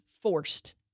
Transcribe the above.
forced